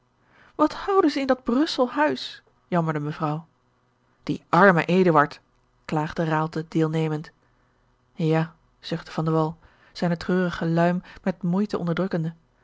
wat houden zij in dat brussel huis jammerde mevrouw die arme eduard klaagde raalte deelnemend ja zuchtte van de wall zijne treurige luim met moeite onderdrukkende